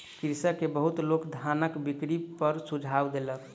कृषक के बहुत लोक धानक बिक्री पर सुझाव देलक